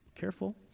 careful